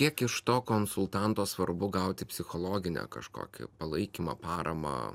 kiek iš to konsultanto svarbu gauti psichologinę kažkokį palaikymą paramą